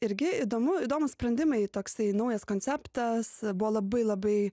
irgi įdomu įdomūs sprendimai toksai naujas konceptas buvo labai labai